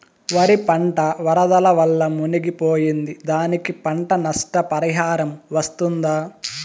వరి పంట వరదల వల్ల మునిగి పోయింది, దానికి పంట నష్ట పరిహారం వస్తుందా?